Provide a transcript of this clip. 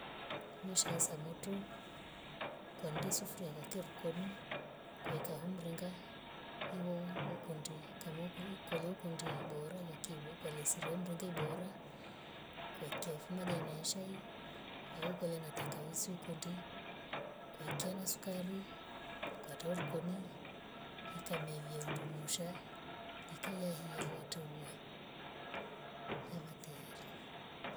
Musha asa moto kuanda sufuria weka rikoni. kuweka humringa iwo hukundi. kamokoli koliokunde bora makivo kwa risi rimgoui bora kwaika majani ya chai au kula na tangawizi. ukundi kuweka na sukari ukatoa rikoni ikameiva ndungusha ikahiya watouwa ivatere